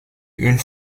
une